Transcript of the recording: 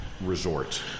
resort